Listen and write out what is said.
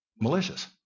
malicious